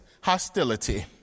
hostility